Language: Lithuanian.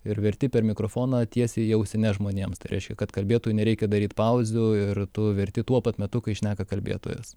ir verti per mikrofoną tiesiai į ausines žmonėms tai reiškia kad kalbėtų nereikia daryt pauzių ir tu verti tuo pat metu kai šneka kalbėtojas